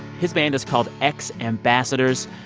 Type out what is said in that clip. his band is called x ambassadors.